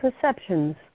perceptions